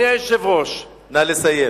חבר הכנסת זאב, נא לסיים.